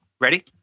ready